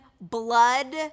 blood